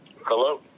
Hello